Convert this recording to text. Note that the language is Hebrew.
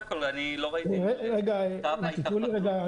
אם תתנו לי רגע,